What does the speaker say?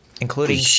including